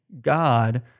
God